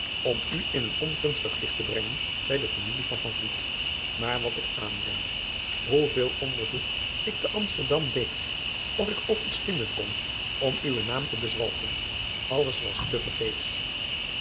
om u in een ongunstig licht te brengen bij de familie van maar wat ik aanwendde hoeveel onderzoek ik te msterdam deed of ik ook iets vinden kon om uwen naam te bezwalken alles was